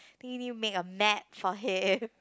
think you need to make a map for him